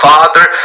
Father